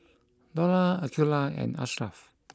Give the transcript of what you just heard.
Dollah Aqeelah and Ashraff